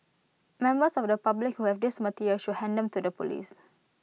members of the public who have these materials should hand them to the Police